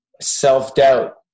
self-doubt